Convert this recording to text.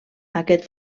aquest